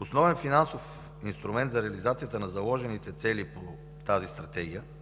Основен финансов инструмент за реализацията на заложените цели по тази Стратегия –